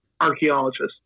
archaeologists